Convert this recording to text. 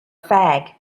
fag